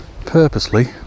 purposely